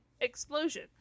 explosion